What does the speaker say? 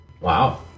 Wow